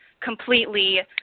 completely